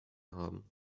haben